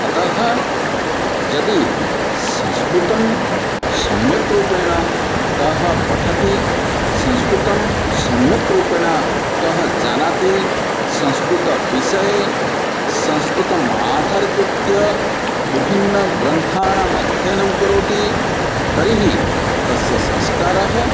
अतः यदि संस्कृतं सम्यग्रूपेण कः पठति संस्कृतं सम्यक् रूपेण कः जानाति संस्कृतविषये संस्कृतमाधारीकृत्य विभिन्नग्रन्थानामध्ययनं करोति तर्हि तस्य संस्कारः